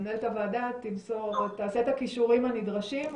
מנהלת הוועדה תעשה את הקישורים הנדרשים,